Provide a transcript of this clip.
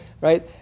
right